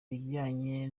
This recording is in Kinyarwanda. bijyanye